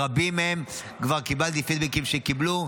רבים מהם, כבר קיבלתי פידבקים, קיבלו.